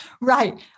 Right